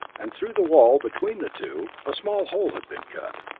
and through the wall between the two a small hole had been cut.